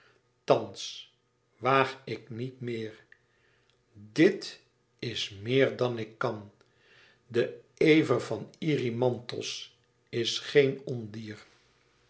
thans waag ik niet meer dit is meer dan ik kan de ever van erymanthos is geen ondier